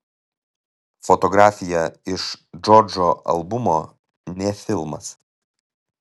fotografija iš džordžo albumo ne filmas